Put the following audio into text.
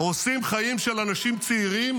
הדובר שלך, לא של משפחות החטופים.